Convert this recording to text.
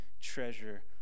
treasure